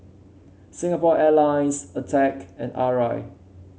Singapore Airlines Attack and Arai